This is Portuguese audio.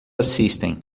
assistem